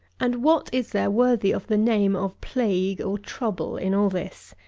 and what is there worthy of the name of plague, or trouble, in all this?